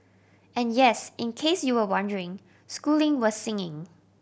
and yes in case you were wondering schooling was singing